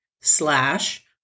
slash